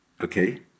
okay